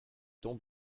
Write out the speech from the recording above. ton